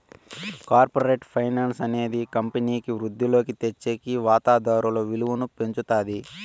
corporate finance అనేది కంపెనీకి వృద్ధిలోకి తెచ్చేకి వాతాదారుల విలువను పెంచుతాది